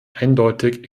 eindeutig